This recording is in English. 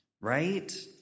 Right